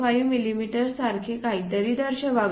05 मिमी सारखे काहीतरी दर्शवावे